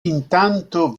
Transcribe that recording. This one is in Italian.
intanto